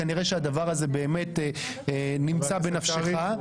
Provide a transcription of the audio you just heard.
כנראה שהדבר הזה באמת נמצא בנפשך,